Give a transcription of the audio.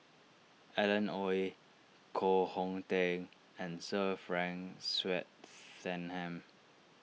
Alan Oei Koh Hong Teng and Sir Frank Swettenham